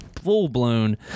Full-blown